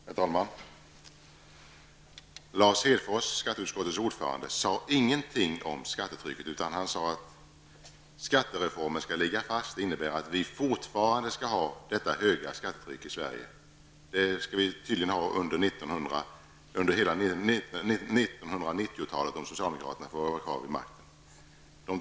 Herr talman! Lars Hedfors, skatteutskottets ordförande, sade ingenting om skattetrycket, utan han sade att skattereformen skall ligga fast. Det innebär att vi tydligen under hela 1990-talet skall ha det höga skattetryck som vi i dag har i Sverige, om socialdemokraterna får vara kvar vid makten.